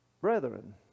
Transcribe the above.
brethren